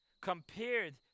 compared